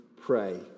pray